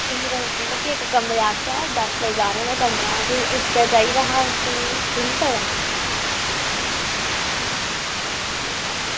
मतलब कि इक कमरे आस्तै दस बाय बारां दा कमरा ते इक्कै चाहिदा हा मिली सकदा